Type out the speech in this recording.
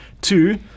Two